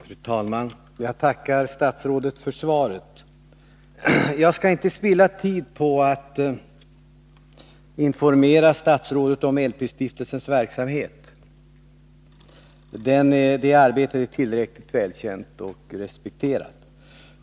Fru talman! Jag tackar statsrådet för svaret. Jag skall inte spilla tid på att informera statsrådet om LP-stiftelsens verksamhet. Detta arbete är tillräckligt välkänt och respekterat.